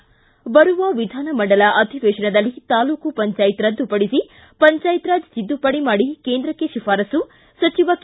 ಿ ಬರುವ ವಿಧಾನಮಂಡಲ ಅಧಿವೇಶನದಲ್ಲಿ ತಾಲೂಕು ಪಂಚಾಯತ್ ರದ್ದುಪಡಿಸಿ ಪಂಚಾಯತ್ರಾಜ್ ತಿದ್ದುಪಡಿ ಮಾಡಿ ಕೇಂದ್ರಕ್ಕೆ ಶಿಫಾರಸ್ಸು ಸಚಿವ ಕೆ